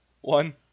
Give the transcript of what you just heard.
one